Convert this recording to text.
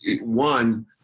one